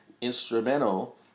instrumental